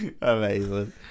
amazing